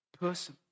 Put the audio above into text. person